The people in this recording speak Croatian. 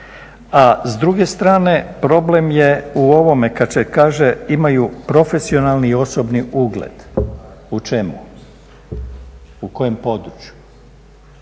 a s druge strane problem je u ovome kad se kaže imaju profesionalni i osobni ugled. U čemu? U kojem području?